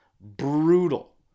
Brutal